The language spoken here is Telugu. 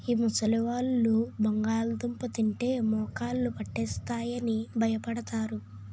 మా ముసలివాళ్ళు బంగాళదుంప తింటే మోకాళ్ళు పట్టేస్తాయి అని భయపడతారు